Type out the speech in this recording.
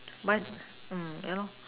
mine mm yeah loh